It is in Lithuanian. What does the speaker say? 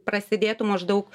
prasidėtų maždaug